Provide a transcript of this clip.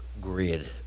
grid